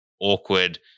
awkward